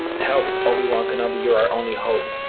help, obi-wan kenobi. you're our only hope.